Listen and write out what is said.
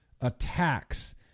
attacks